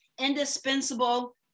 indispensable